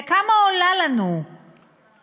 וכמה עולה לנו העישון?